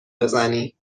بزنی